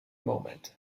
moment